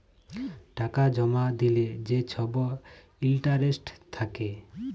টাকা জমা দিলে যে ছব ইলটারেস্ট থ্যাকে